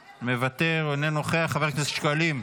מוותר, אינו נוכח, חבר הכנסת שקלים,